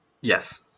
Yes